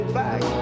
back